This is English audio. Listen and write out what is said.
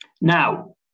Now